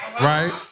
Right